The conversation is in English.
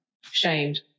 Shamed